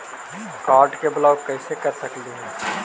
Card के block कैसे कर सकली हे?